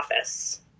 office